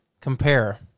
compare